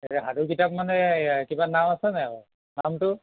সাধু কিতাপ মনে কিবা নাম আছে নাই বাৰু নামটো